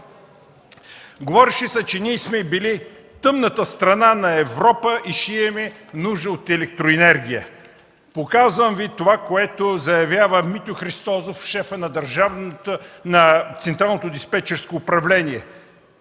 говореше се, че ние сме били „тъмната страна на Европа” и ще имаме нужда от електроенергия (показва). Показвам Ви това, което заявява Митьо Христозов – шефът на Централното диспечерско управление.